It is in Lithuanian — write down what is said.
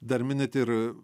dar minit ir